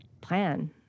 plan